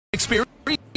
Experience